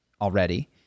already